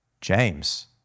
James